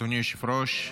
אדוני היושב-ראש.